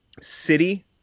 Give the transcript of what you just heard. City